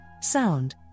sound